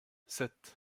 sept